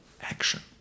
action